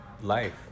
life